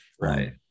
Right